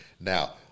Now